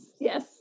yes